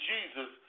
Jesus